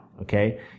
Okay